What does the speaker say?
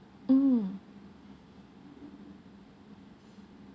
mm